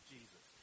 Jesus